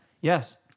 Yes